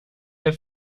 der